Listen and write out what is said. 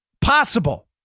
Possible